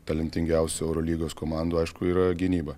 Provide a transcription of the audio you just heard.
talentingiausių eurolygos komandų aišku yra gynyba